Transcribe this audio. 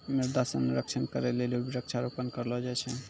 मृदा संरक्षण करै लेली वृक्षारोपण करलो जाय छै